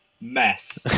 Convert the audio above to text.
Mess